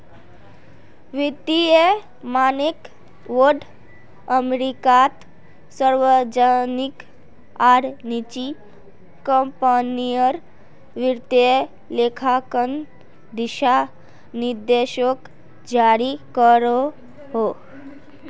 वित्तिय मानक बोर्ड अमेरिकात सार्वजनिक आर निजी क्म्पनीर वित्तिय लेखांकन दिशा निर्देशोक जारी करोहो